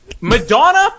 Madonna